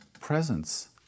presence